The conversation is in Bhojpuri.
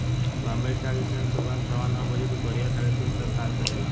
बॉम्बे स्टॉक एक्सचेंज सुबह सवा नौ बजे से दूपहरिया साढ़े तीन तक कार्य करेला